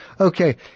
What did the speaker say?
Okay